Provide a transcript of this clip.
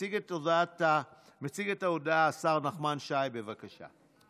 מציג את ההודעה, השר נחמן שי, בבקשה.